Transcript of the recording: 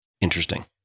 interesting